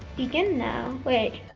begin now. wait!